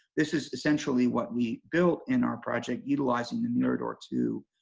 this is essentially what we built in our project utilizing and mirador two